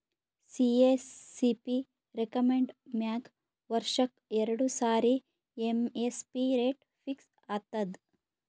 CACP recommend ಮ್ಯಾಗ್ ವರ್ಷಕ್ಕ್ ಎರಡು ಸಾರಿ ಎಮ್.ಎಸ್.ಪಿ ರೇಟ್ ಫಿಕ್ಸ್ ಆತದ್